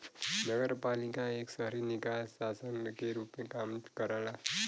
नगरपालिका एक शहरी निकाय शासन के रूप में काम करला